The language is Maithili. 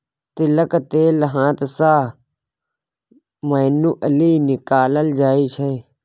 तिलक तेल हाथ सँ मैनुअली निकालल जाइ छै